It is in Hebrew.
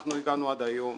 אנחנו הגענו היום